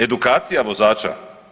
Edukacija vozača.